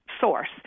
source